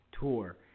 tour